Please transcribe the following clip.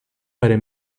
para